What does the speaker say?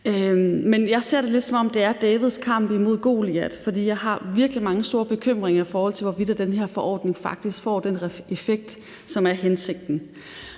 Jeg ser det lidt, som om det er Davids kamp imod Goliat, for jeg har virkelig mange store bekymringer, i forhold til hvorvidt den her forordning faktisk får den effekt, som er hensigten.